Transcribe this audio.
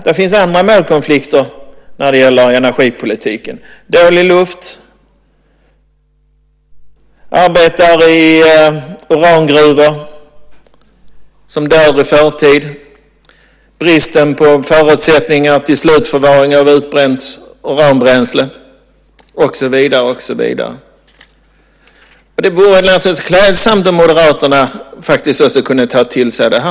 Det finns andra målkonflikter i energipolitiken också, till exempel dålig luft, arbetare i urangruvor som dör i förtid, brist på förutsättningar för slutförvaring av utbränt uranbränsle och så vidare. Det vore klädsamt om Moderaterna också kunde ta till sig detta.